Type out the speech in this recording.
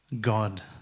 God